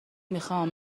میخوام